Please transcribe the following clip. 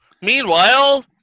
Meanwhile